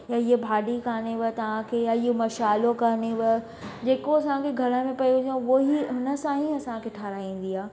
या हीअ भाॼी कोन्हे तव्हांखे या इहो मशालो कोन्हव जेको असांखे घर में पई हुजे उहेई हुन सां ई असांखे ठहाराईंदी आहे